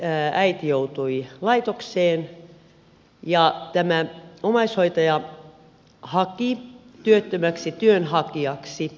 äiti joutui laitokseen ja tämä omaishoitaja haki työttömäksi työnhakijaksi